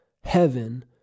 heaven